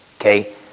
Okay